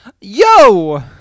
Yo